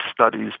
studies